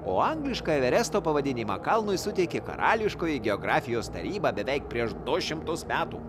o anglišką everesto pavadinimą kalnui suteikė karališkoji geografijos taryba beveik prieš du šimtus metų